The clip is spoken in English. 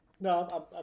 No